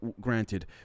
granted